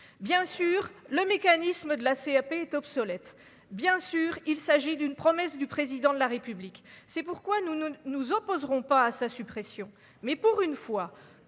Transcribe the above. bien sûr le mécanisme de la CRP est obsolète, bien sûr, il s'agit d'une promesse du président de la République, c'est pourquoi nous, nous ne nous opposerons pas à sa suppression, mais pour une fois,